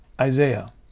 Isaiah